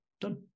done